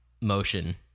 motion